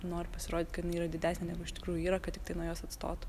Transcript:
nori pasirodyt kad jinai yra didesnė negu iš tikrųjų yra kad tiktai nuo jos atstotų